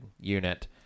unit